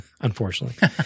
unfortunately